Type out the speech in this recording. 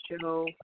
show